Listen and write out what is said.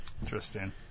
interesting